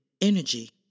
energy